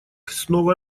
снова